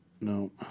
no